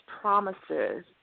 promises